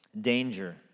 danger